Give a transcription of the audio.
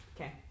Okay